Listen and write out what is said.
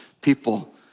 people